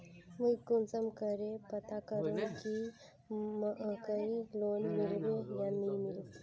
मुई कुंसम करे पता करूम की मकईर लोन मिलबे या नी मिलबे?